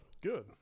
good